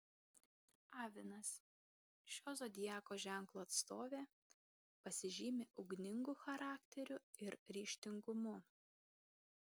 avinas šio zodiako ženklo atstovė pasižymi ugningu charakteriu ir ryžtingumu